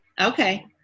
Okay